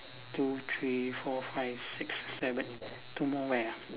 two three four five six seven two more where